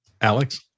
Alex